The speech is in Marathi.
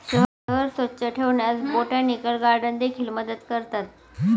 शहर स्वच्छ ठेवण्यास बोटॅनिकल गार्डन देखील मदत करतात